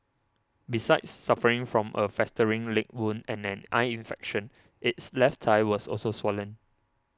besides suffering from a festering leg wound and an eye infection its left thigh was also swollen